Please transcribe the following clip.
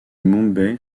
mumbai